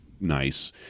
nice